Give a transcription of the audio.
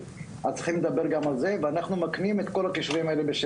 הם יכולים לדבר על אותו דבר ולקרוא לו בשמות